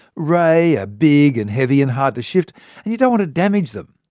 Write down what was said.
rai are big and heavy, and hard to shift, and you don't want to damage them.